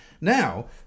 Now